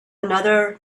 another